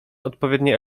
odpowiednie